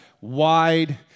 wide